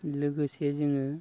लोगोसे जोङो